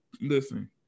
Listen